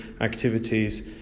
activities